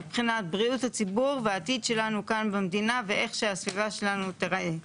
מבחינת בריאות הציבור והעתיד שלנו כאן במדינה ואיך שהסביבה שלנו תיראה.